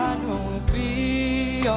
we'll be